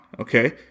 okay